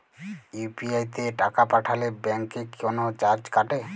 UPI তে টাকা পাঠালে ব্যাংক কি কোনো চার্জ কাটে?